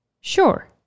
Sure